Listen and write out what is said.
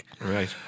Right